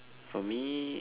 for me